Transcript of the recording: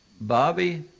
Bobby